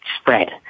spread